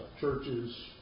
churches